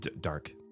Dark